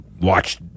watch